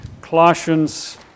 Colossians